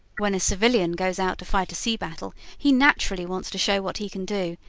when a civilian goes out to fight a sea-battle he naturally wants to show what he can do,